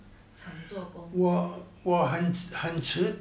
做工